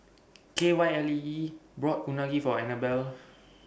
Kylee bought Unagi For Anabel